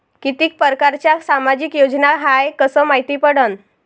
कितीक परकारच्या सामाजिक योजना हाय कस मायती पडन?